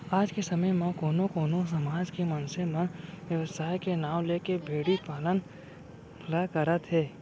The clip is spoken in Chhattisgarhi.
आज के समे म कोनो कोनो समाज के मनसे मन बेवसाय के नांव लेके भेड़ी पालन ल करत हें